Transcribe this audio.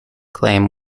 claim